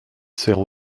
sert